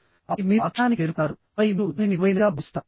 ఆపై మీరు ఆ క్షణానికి చేరుకుంటారు ఆపై మీరు దానిని విలువైనదిగా భావిస్తారు